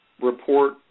report